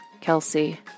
Kelsey